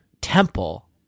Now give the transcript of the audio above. temple